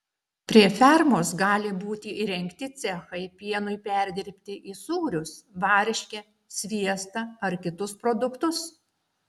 prie fermos gali būti įrengti cechai pienui perdirbti į sūrius varškę sviestą ar kitus produktus